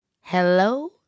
hello